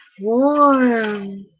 Warm